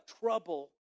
trouble